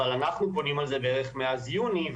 אבל אנחנו פונים על זה בערך מאז יוני,